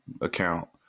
account